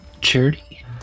Charity